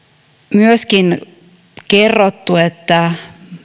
myöskin kerrottu että